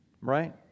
Right